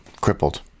crippled